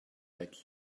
like